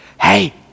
Hey